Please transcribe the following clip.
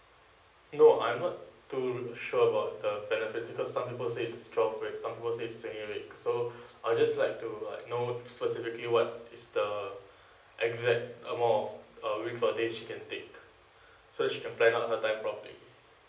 no I'm not too sure about the benefits because some people said is twelve weeks some people said is twenty weeks so I just like to like know specifically what is the exact amount of uh weeks or days she can take so she can plan out her time probably